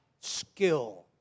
skill